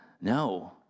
no